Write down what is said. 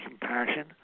compassion